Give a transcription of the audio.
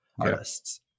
artists